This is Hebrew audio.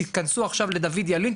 תיכנסו עכשיו לדויד ילין,